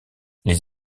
les